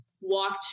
walked